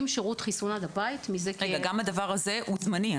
גם הדבר הזה זמני,